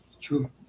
true